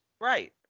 Right